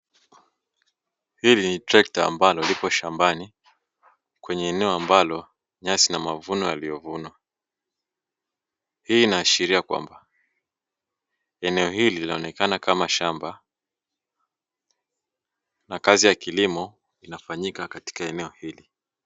Hili ni trekta ambalo liko shambani, kwenye eneo ambalo nyasi na mavuno yaliyovunwa. Hii inaashiria kwamba, eneo hili lilionekana kama shamba, na kazi ya kilimo inafanyika katika eneo hili.